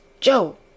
Joe